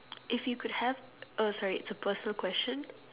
if you could have oh sorry it's a personal question